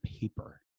paper